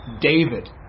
David